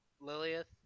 Lilith